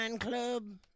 Club